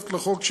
בתוספת לחוק,